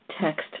text